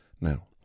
Now